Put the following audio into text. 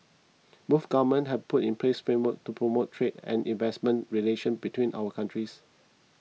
both governments have put in place frameworks to promote trade and investment relations between our countries